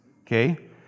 okay